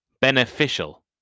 Beneficial